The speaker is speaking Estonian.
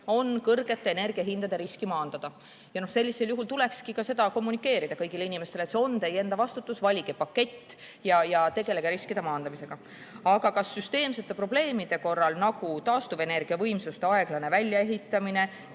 on kõrgete energiahindade riski maandada? Sellisel juhul tulekski seda kommunikeerida kõigile inimestele, et see on teie enda vastutus, valige pakett ja tegelege riskide maandamisega. Aga kas süsteemsete probleemide korral, nagu taastuvenergia võimsuste aeglane väljaehitamine,